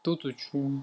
two to three